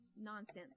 nonsense